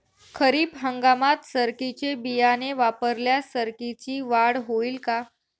खरीप हंगामात सरकीचे बियाणे वापरल्यास सरकीची वाढ होईल का?